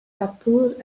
kapoor